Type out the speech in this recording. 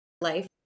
life